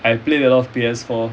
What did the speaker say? I play a lot of P_S four